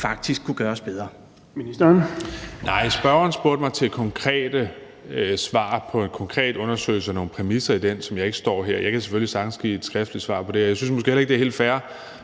faktisk kunne være bedre.